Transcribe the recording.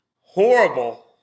Horrible